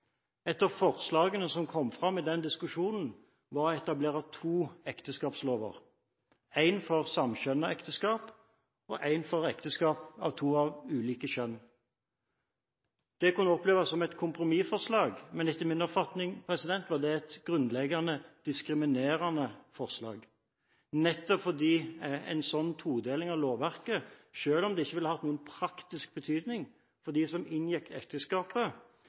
et bilde på hvordan dette kan oppleves diskriminerende selv om det ikke vil innebære noen endring i praksis, vil jeg ta dere tilbake igjen til diskusjonen om felles ekteskapslov. Ett av forslagene som kom fram i den diskusjonen, var å etablere to ekteskapslover – en for samkjønnet ekteskap og en for ekteskap for to av ulike kjønn. Det kunne oppleves som et kompromissforslag, men etter min oppfatning var det et grunnleggende diskriminerende forslag, nettopp fordi